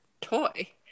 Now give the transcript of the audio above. toy